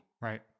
Right